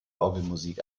orgelmusik